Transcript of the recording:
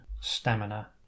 stamina